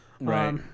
right